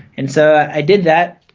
and so i did that,